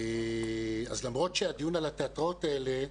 למרות שהדיון על התיאטראות האלה,